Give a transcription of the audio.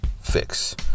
fix